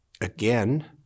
again